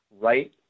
right